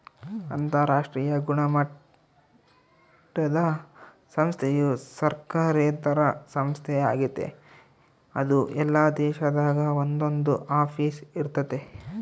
ಅಂತರಾಷ್ಟ್ರೀಯ ಗುಣಮಟ್ಟುದ ಸಂಸ್ಥೆಯು ಸರ್ಕಾರೇತರ ಸಂಸ್ಥೆ ಆಗೆತೆ ಅದು ಎಲ್ಲಾ ದೇಶದಾಗ ಒಂದೊಂದು ಆಫೀಸ್ ಇರ್ತತೆ